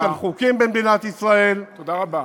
יש כאן חוקים, במדינת ישראל, תודה רבה.